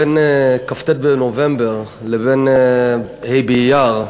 בין כ"ט בנובמבר לבין ה' באייר,